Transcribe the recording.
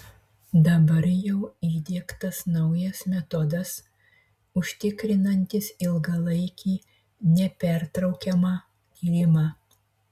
dabar jau įdiegtas naujas metodas užtikrinantis ilgalaikį nepertraukiamą tyrimą